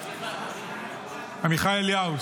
עמיחי אליהו.